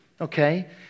okay